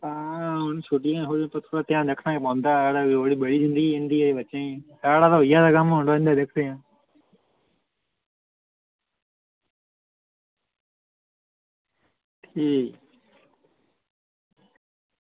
आं थोह्ड़ा इंदा ध्यान रक्खना पौंदा हल्ले बड़ी जिंदगी ऐ इनें बच्चें दी साढ़ा तां होई दा कम्म हून बेह्ले दित्ते दे ठीक